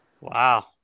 Wow